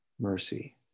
Mercy